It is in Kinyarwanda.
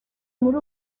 muri